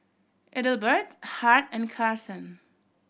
Ethelbert Hart and Carson